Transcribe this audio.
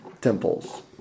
temples